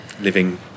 living